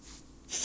这样惨 ah